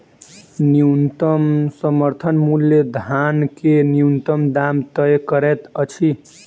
न्यूनतम समर्थन मूल्य धान के न्यूनतम दाम तय करैत अछि